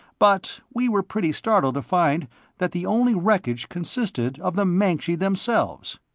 but we were pretty startled to find that the only wreckage consisted of the mancji themselves,